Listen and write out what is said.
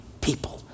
people